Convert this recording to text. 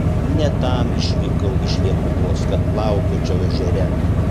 ne tam išvykau iš lietuvos kad plaukiočiau ežere